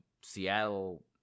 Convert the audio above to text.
Seattle